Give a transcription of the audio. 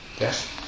Yes